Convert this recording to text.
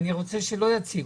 אני רוצה שלא יציגו.